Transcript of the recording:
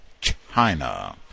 China